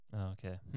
okay